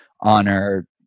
honor